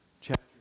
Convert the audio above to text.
Chapter